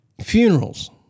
funerals